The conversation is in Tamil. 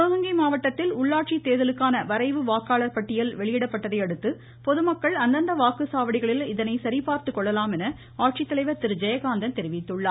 சிவகங்கை மாவட்டத்தில் உள்ளாட்சித் தேர்தலுக்கான வரைவு வாக்காளர் பட்டியல் வெளியிடப்பட்டதையடுத்து பொதுமக்கள் அந்தந்த வாக்குச்சாவடிகளில் இதனை சரிபார்த்துக் கொள்ளலாம் என தெரிவித்துள்ளார்